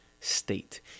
state